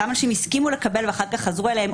כמה אנשים הסכימו לקבל ואחר כך חזרו בהם,